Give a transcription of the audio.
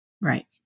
Right